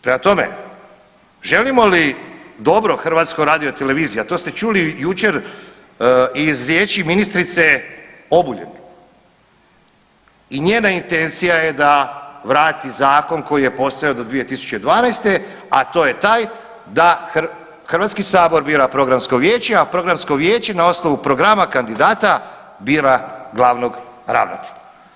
Prema tome, želimo li dobro HRT-u, a to ste čuli jučer iz riječi ministrice Obuljen i njena intencija je da vrati zakon koji je postojao do 2012., a to je taj da HS bira Programsko vijeće, a Programsko vijeće na osnovu programa kandidata bira glavnog ravnatelja.